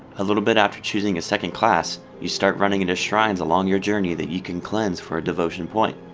a little bit after choosing a second class, you start running into shrines along your journey that you can cleanse for a devotion point.